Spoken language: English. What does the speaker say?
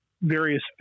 various